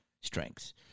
strengths